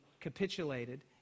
capitulated